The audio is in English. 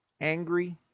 Angry